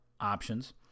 options